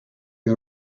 you